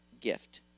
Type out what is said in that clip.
gift